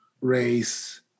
race